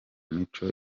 mico